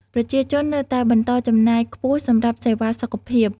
ប្រជាជននៅតែបន្តចំណាយខ្ពស់សម្រាប់សេវាសុខភាព។